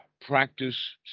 practice